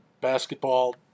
basketball